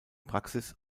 praxis